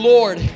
Lord